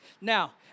Now